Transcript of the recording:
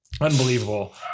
unbelievable